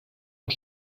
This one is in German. und